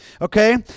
Okay